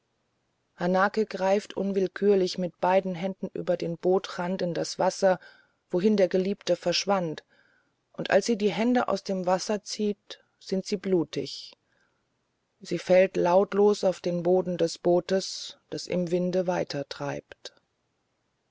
greift unwillkürlich mit beiden händen über den bootrand in das wasser wohin der geliebte verschwand und als sie die hände aus dem wasser zieht sind sie blutig sie fällt lautlos auf den boden des bootes das im winde